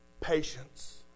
patience